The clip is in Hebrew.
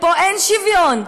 פה אין שוויון,